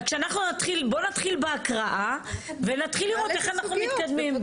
ובוא נתחיל בהקראה ונתחיל לראות איך אנחנו מתקדמים.